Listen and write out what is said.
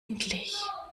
endlich